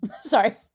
Sorry